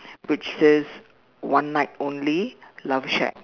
which is one night only love shack